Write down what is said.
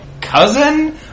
cousin